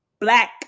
black